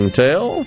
tell